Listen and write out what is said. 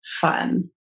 fun